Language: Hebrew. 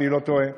אם אני לא טועה,